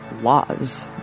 laws